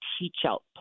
teach-out